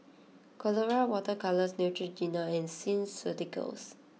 Colora Water Colours Neutrogena and Skin Ceuticals